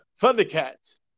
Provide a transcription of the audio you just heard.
Thundercats